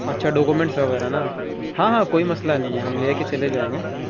اچھا ڈاکومینٹس وغیرہ نا ہاں ہاں کوئی مسئلہ نہیں ہے ہم لے کے چلے جائیں گے